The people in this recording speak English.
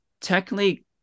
technically